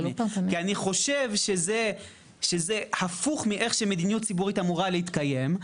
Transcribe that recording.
כי אני חושב שזה הפוך מאיך שמדיניות ציבורית אמורה להתקיים,